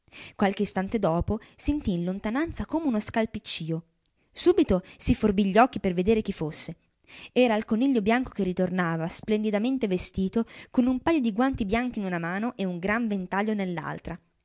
qualche istante dopo sentì in lontananza come uno scalpiccío subito si forbì gli occhi per vedere chi fosse era il coniglio bianco che ritornava splendidamente vestito con un pajo di guanti bianchi in una mano e un gran ventaglio nell'altra